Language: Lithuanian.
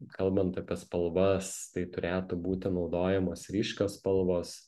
kalbant apie spalvas tai turėtų būti naudojamos ryškios spalvos